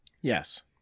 Yes